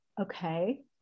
Okay